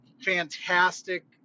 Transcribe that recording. fantastic